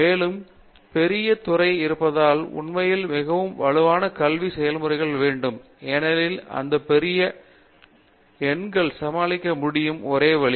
மேலும் பெரிய துறையாக இருப்பதால் உண்மையில் மிகவும் வலுவான கல்வி செயல்முறைகள் வேண்டும் ஏனெனில் அந்த பெரிய எண்கள் சமாளிக்க முடியும் ஒரே வழி